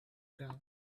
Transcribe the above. ground